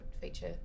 feature